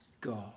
God